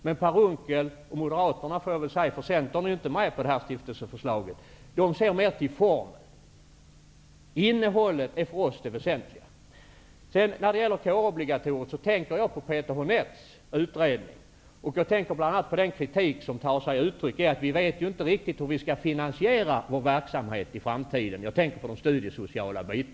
Men Per Unckel och Moderaterna -- jag får väl säga det, eftersom Centern inte är med på detta stiftelseförslag -- ser mest till formen. Innehållet är för oss det väsentliga. När det sedan gäller kårobligatoriet tänker jag på Peter Honeths utredning och även på den kritik som riktas mot att vi inte riktigt vet hur vi skall finansiera vår verksamhet i framtiden på det studiesociala området.